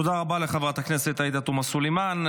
תודה רבה לחברת הכנסת עאידה תומא סלימאן.